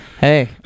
hey